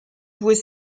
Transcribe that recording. was